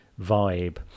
vibe